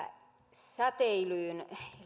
säteilyyn